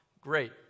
great